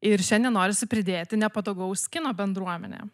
ir šiandien norisi pridėti nepatogaus kino bendruomenę